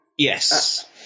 Yes